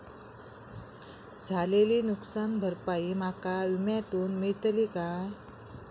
झालेली नुकसान भरपाई माका विम्यातून मेळतली काय?